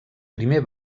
primer